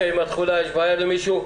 יש למישהו בעיה עם התחולה?